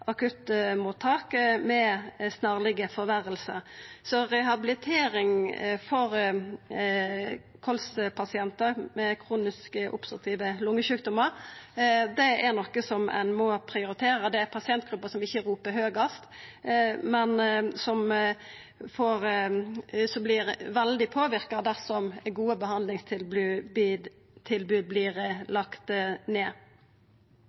akuttmottak, med snarleg forverring – så rehabilitering for pasientar med kronisk obstruktiv lungesjukdom, kols, er noko ein må prioritera. Det er ei pasientgruppe som ikkje ropar høgast, men som vert veldig påverka dersom gode